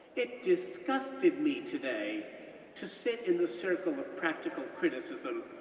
it disgusted me today to sit in the circle of practical criticism,